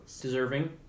deserving